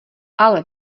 ale